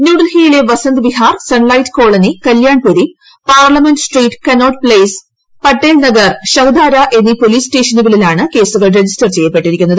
ന്യൂഡൽഹിയിലെ Vasant Vihar Sunlight Colony Kalyan Puri Parliament Street Connaught Place Patel Nagar Shahdara എന്നീ police സ്റ്റേഷനുകളിലാണ് കേസുകൾ രജിസ്റ്റർ ചെയ്യപ്പെട്ടിരുന്നത്